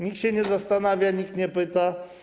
Nikt się nie zastanawia, nikt nie pyta.